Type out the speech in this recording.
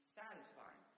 satisfying